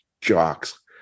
jocks